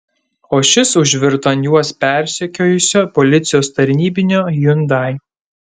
o šis užvirto ant juos persekiojusio policijos tarnybinio hyundai